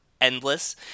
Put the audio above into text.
endless